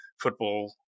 football